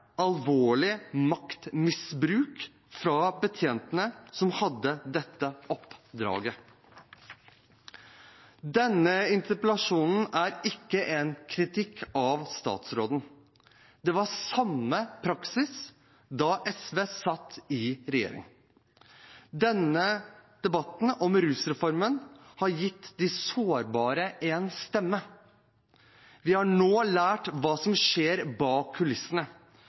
ikke en kritikk av statsråden. Det var samme praksis da SV satt i regjering. Debatten om rusreformen har gitt de sårbare en stemme. Vi har nå lært hva som skjer bak kulissene,